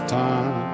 time